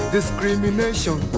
Discrimination